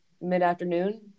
mid-afternoon